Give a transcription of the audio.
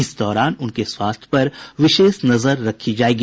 इस दौरान उनके स्वास्थ्य पर विशेष नजर रखी जायेगी